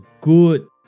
good